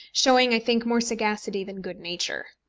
showing i think more sagacity than good nature.